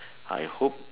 I hope